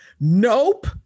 Nope